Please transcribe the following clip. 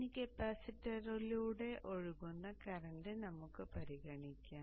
ഇനി കപ്പാസിറ്ററിലൂടെ ഒഴുകുന്ന കറന്റ് നമുക്ക് പരിഗണിക്കാം